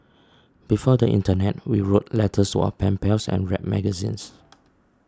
before the internet we wrote letters to our pen pals and read magazines